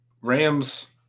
Rams